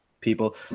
people